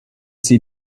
see